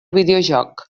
videojoc